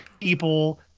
people